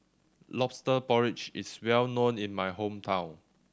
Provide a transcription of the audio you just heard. Lobster Porridge is well known in my hometown